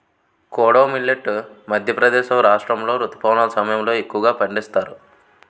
kodo millet Madhya Pradesh రాష్ట్రాములో రుతుపవనాల సమయంలో ఎక్కువగా పండిస్తారు